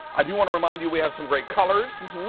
i do want to remind you we have some great colors.